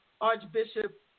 Archbishop